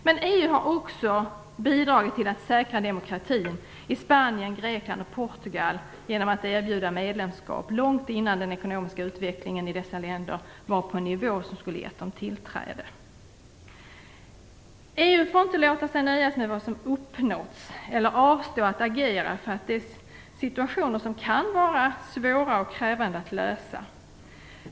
Men EU har också bidragit till att säkra demokratin i Spanien, Grekland och Portugal genom att erbjuda medlemskap långt innan den ekonomiska utvecklingen i dessa länder var på en nivå som skulle gett dem tillträde. EU får inte låta sig nöjas med vad som uppnåtts eller avstå från att agera för att situationerna kan vara svåra och krävande att lösa.